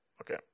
Okay